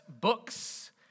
books